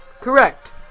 Correct